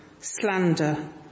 slander